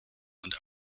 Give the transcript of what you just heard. und